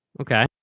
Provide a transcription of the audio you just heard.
Okay